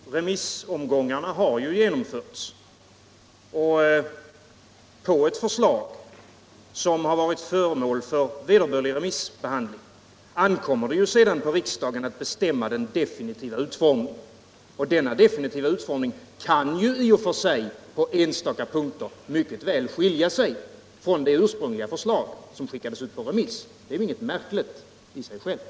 Herr talman! Remissomgångarna har ju genomförts. På ett förslag som har varit föremål för vederbörlig remissbehandling ankommer det sedan på riksdagen att bestämma den definitiva utformningen. Den kan i och för sig på enstaka punkter mycket väl skilja sig från det ursprungliga förslag som sändes ut på remiss. Det är inget märligt i sig självt.